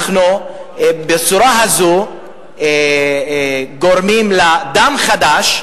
אנחנו בצורה הזו גורמים לכניסת דם חדש,